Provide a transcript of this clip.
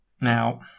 Now